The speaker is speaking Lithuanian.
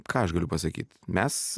ką aš galiu pasakyt mes